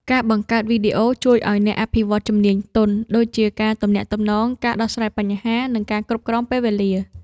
ការបង្កើតវីដេអូជួយឱ្យអ្នកអភិវឌ្ឍជំនាញទន់ ដូចជាការទំនាក់ទំនង ការដោះស្រាយបញ្ហា និងការគ្រប់គ្រងពេលវេលា។